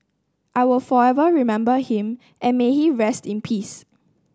I will forever remember him and may he rest in peace